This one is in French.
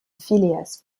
phileas